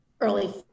early